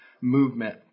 movement